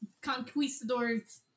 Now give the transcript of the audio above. conquistadors